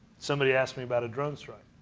somebody asked me about a drone strike.